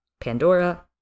Pandora